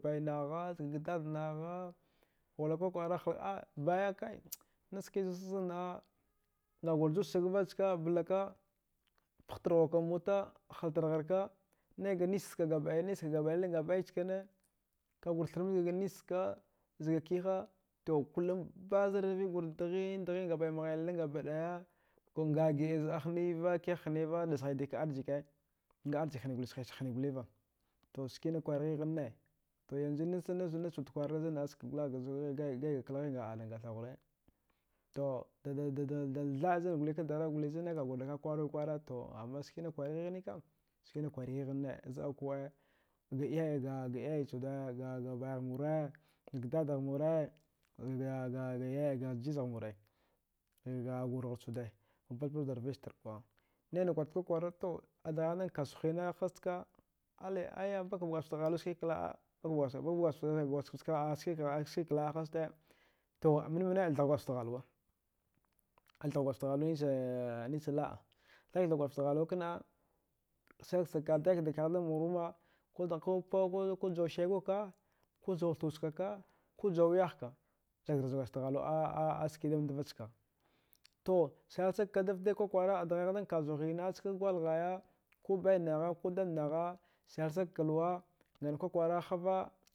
Bainagha zgaga dadnagha blakak kwakwara ha a baya kai nachksi zan naɗa ngaghur juwadsagva ska blaka paghtarghukan mota haltargharka naiga nischka gamdaya liling gabɗai chkanekaghur thrama zgaga nischka zga kiha to kullum bazarvigur dghin dghine, gabɗain mghay siling gabɗai mghaya to nga giɗa zɗa hniva kiha hniva da sghaikiha arjike nga arjikhni sghaisag hni goliva to skina kwarghighanne to yanu nacha nacha nachwud kwaranna nachwud kwaranna zannaɗa gaiga kla ghigh anan ngathaghure to dada dadada thaɗzan golekna darau golikna kagurda kaɗ kwarnil kwara to amma amma skina kwarghigh nikam skina kwari ghghne zda kuɗa ga iyaye ga yaye chuda ga ga bayaghmura zga dadagh mura zga gaga gayay zgaga jijaghmura zgaga warghar chuda ma bazazazwud rviztar kuɗa naina kwart kwakwara to adghaigh da kakwahina haska aya bakaba gwadjgaft ghalwa ski kla. a bakaba gwadjgaft ski kla. a hazta to manne manne a thgha gwadjgaft ghalwa, athgha gwadjgaft halwa nichaa nich la. a thghaika thgha gwadjgaft ghalwa kana selka sagka dghaka dagka dam luma ko djau segwa ka ko djau thu chka ka ko jau wiyahka zakdgharza a gwadjgaft a skidam dvachka to selsagka davde kwakwara adghaidan kasuwa hina skak gwalghaya ko bainagha ko dadnagha ngana kwakwara hava